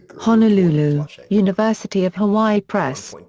honolulu university of hawaii press.